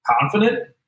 Confident